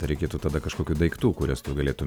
reikėtų tada kažkokių daiktų kuriuos tu galėtum